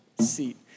seat